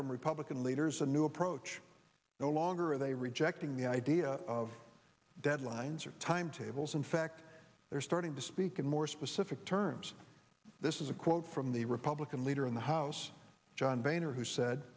from republican leaders a new approach no longer they are rejecting the idea of deadlines or timetables in fact they're starting to speak more specific terms this is a quote from the republican leader in the house john boehner who said